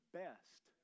best